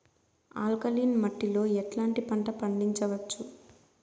Alkaline మట్టి లో ఎట్లాంటి పంట పండించవచ్చు,?